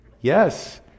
Yes